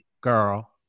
girl